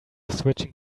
switching